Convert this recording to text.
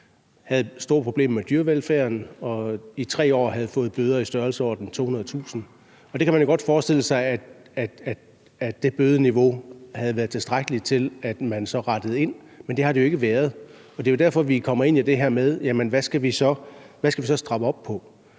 havde store problemer med dyrevelfærden og i 3 år havde fået bøder i størrelsesordenen 200.000 kr. Og man kunne jo godt have forestillet sig, at det bødeniveau havde været tilstrækkeligt til, at de så rettede ind, men det har det jo ikke været. Det er jo derfor, at vi kommer ind på det her med: Hvad skal vi så stramme op på?